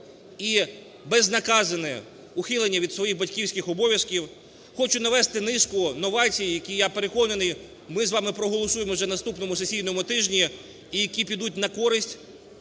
ібезнаказане ухилення від своїх батьківських обов'язків. Хочу навести низку новацій, які, я переконаний, ми з вами проголосуємо вже на наступному сесійному тижні і які підуть на користь